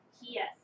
Yes